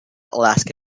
alaska